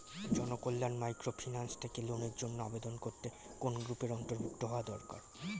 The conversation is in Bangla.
জনকল্যাণ মাইক্রোফিন্যান্স থেকে লোনের জন্য আবেদন করতে কোন গ্রুপের অন্তর্ভুক্ত হওয়া দরকার?